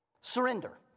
surrender